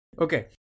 Okay